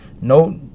No